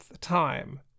time